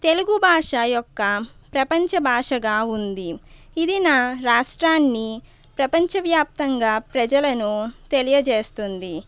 తెలుగుభాష యొక్క ప్రపంచభాషగా ఉంది ఇది నా రాష్ట్రాన్ని ప్రపంచవ్యాప్తంగా ప్రజలను తెలియజేస్తుంది